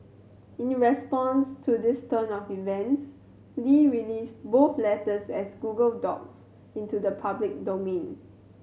in response to this turn of events Li released both letters as Google Docs into the public domain